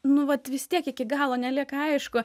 nu vat vis tiek iki galo nelieka aišku